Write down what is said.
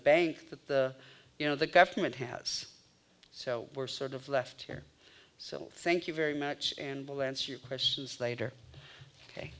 bank that the you know the government has so we're sort of left here so thank you very much and we'll answer your questions later ok